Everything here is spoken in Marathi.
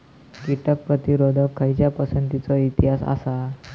कीटक प्रतिरोधक खयच्या पसंतीचो इतिहास आसा?